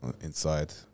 Inside